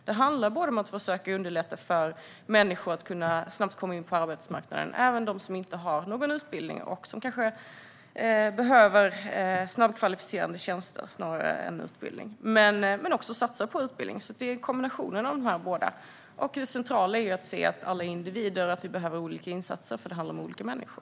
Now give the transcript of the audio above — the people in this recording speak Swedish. Det handlar om att försöka underlätta för människor att snabbt komma in på arbetsmarknaden. Detta gäller även de som inte har någon utbildning och som kanske snarare behöver snabbkvalificerande tjänster än utbildning. Men vi ska även satsa på utbildning. Det handlar om en kombination av dessa båda saker. Det centrala är att se att alla är individer och att olika insatser behövs eftersom det handlar om olika människor.